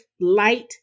light